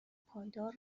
پایدار